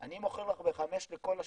אני מוכר לך בחמש לכל השנים,